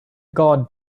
guard